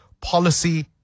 policy